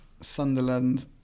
Sunderland